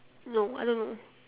no I don't know